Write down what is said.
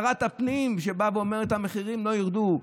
כששרת הפנים באה ואומרת שהמחירים לא ירדו,